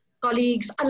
colleagues